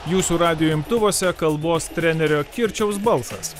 jūsų radijo imtuvuose kalbos trenerio kirčiaus balsas